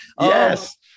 yes